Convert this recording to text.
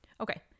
Okay